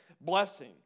blessing